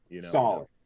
Solid